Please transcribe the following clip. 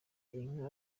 inka